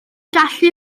gallu